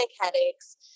headaches